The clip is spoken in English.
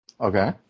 Okay